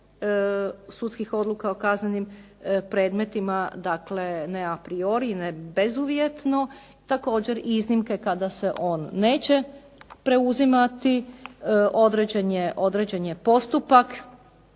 sudskih odluka o kaznenim predmetima. Dakle, ne a priori, ne bezuvjetno. Također iznimke kada se on neće preuzimati. Određen je postupak,